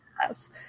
Yes